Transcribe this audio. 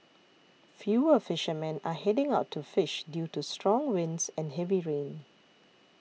fewer fishermen are heading out to fish due to strong winds and heavy rain